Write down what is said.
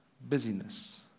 busyness